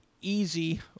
easy